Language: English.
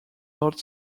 not